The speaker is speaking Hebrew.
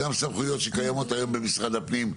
גם סמכויות שקיימות היום במשרד הפנים,